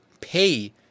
pay